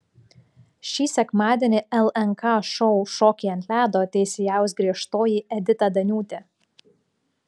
šį sekmadienį lnk šou šokiai ant ledo teisėjaus griežtoji edita daniūtė